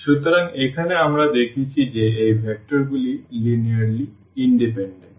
সুতরাং এখানে আমরা দেখেছি যে এই ভেক্টরগুলি লিনিয়ারলি ইন্ডিপেন্ডেন্ট